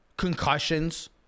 Concussions